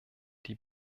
die